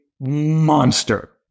monster